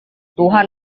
tuhan